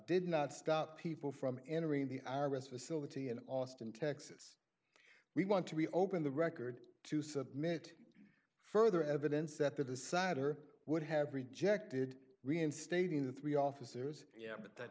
did not stop people from entering the i r s facility in austin texas we want to be open the record to submit further evidence that the decider would have rejected reinstating the three officers yeah but th